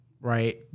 right